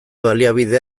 baliabide